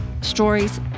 stories